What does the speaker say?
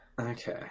okay